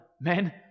Men